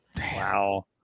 Wow